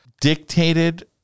dictated